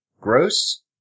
gross